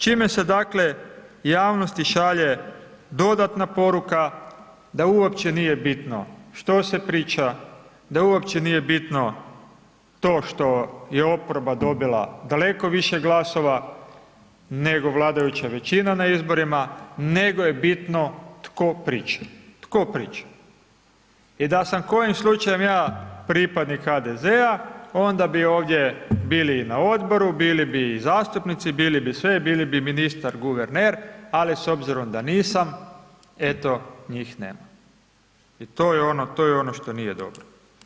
Čime se, dakle, javnosti šalje dodatna poruka da uopće nije bitno što se priča, da uopće nije bitno to što je oporba dobila daleko više glasova, nego vladajuća većina na izborima, nego je bitno tko priča i da sam kojim slučajem ja pripadnik HDZ-a onda bi ovdje bili i na odboru, bili bi i zastupnici, bili bi sve, bili bi ministar guverner, ali s obzirom da nisam, eto njih nema i to je ono što nije dobro.